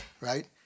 right